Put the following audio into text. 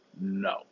No